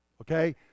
okay